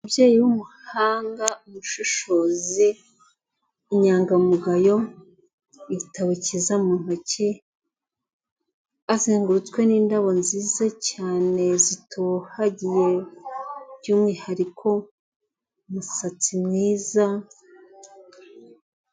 Umubyeyi w'umuhanga, ubushishozi, inyangamugayo, igitabo cyiza mu ntoki, azengurutswe n'indabo nziza cyane zitohagiye by'umwihariko umusatsi mwiza.